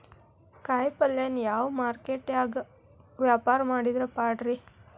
ಕಾಯಿಪಲ್ಯನ ಯಾವ ಮಾರುಕಟ್ಯಾಗ ವ್ಯಾಪಾರ ಮಾಡಿದ್ರ ಪಾಡ್ರೇ?